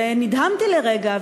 ונדהמתי לרגע,